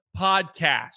podcast